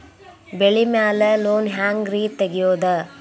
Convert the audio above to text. ಬೆಳಿ ಮ್ಯಾಲೆ ಲೋನ್ ಹ್ಯಾಂಗ್ ರಿ ತೆಗಿಯೋದ?